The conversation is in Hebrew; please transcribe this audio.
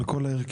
על כל ההרכבים.